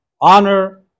honor